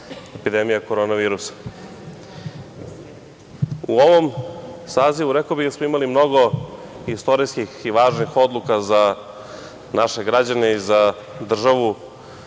epidemija korona virusa.U ovom sazivu rekao bih da smo imali mnogo istorijskih i važnih odluka za naše građane i za državu,